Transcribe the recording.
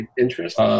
interest